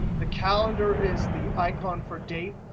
the calendar is the icon for date.